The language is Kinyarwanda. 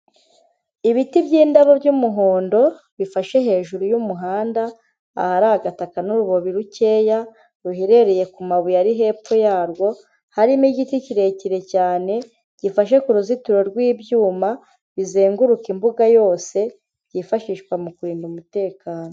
Ibiti by'indabo by'umuhondo bifashe hejuru y'umuhanda, ahari agataka n'urubobi rukeya ruherereye ku mabuye ari hepfo yarwo, harimo igiti kirekire cyane gifashe ku ruzitiro rw'ibyuma bizenguruka imbuga yose, byifashishwa mu kurinda umutekano.